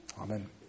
Amen